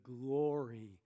glory